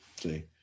See